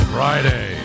Friday